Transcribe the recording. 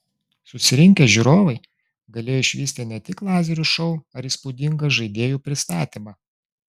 susirinkę žiūrovai galėjo išvysti ne tik lazerių šou ar įspūdingą žaidėjų pristatymą